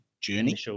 journey